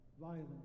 violence